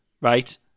right